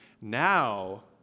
Now